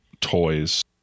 toys